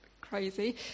crazy